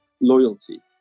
loyalty